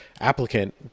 applicant